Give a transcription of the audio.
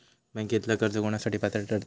बँकेतला कर्ज कोणासाठी पात्र ठरता?